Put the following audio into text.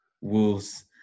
Wolves